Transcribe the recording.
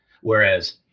Whereas